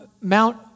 Mount